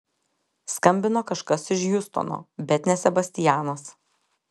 skambino kažkas iš hjustono bet ne sebastianas